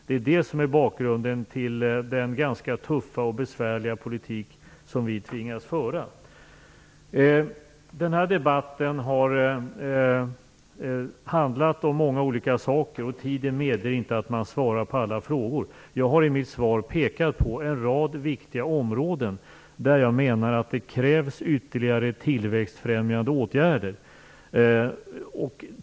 Det är detta som är bakgrunden till den ganska tuffa och besvärliga politik som vi tvingas föra. Den här debatten har handlat om många olika saker, och tiden medger inte att jag svarar på alla frågor. Jag har i mitt interpellationssvar pekat på en rad viktiga områden där jag menar att det krävs ytterligare tillväxtfrämjande åtgärder.